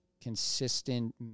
consistent